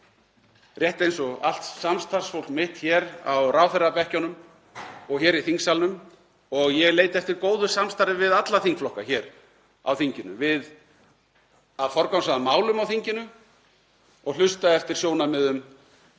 rétt eins og allt samstarfsfólk mitt hér á ráðherrabekkjunum og í þingsalnum, og ég leita eftir góðu samstarfi við alla þingflokka hér á þinginu við að forgangsraða málum og hlusta eftir sjónarmiðum,